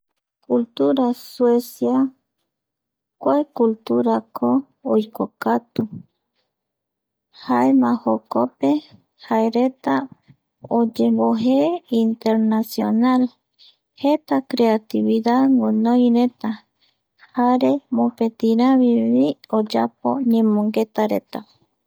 Cultura suecia kua cultura tätäko oikokatu jaema jaereta oyembojee internacional jeta creatividad guinoireta jare mopetirami oyapo actividades reta